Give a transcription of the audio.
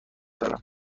دارم